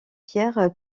pierre